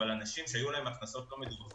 אבל אנשים שהיו להם הכנסות לא מדווחות